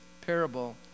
parable